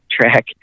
track